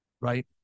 right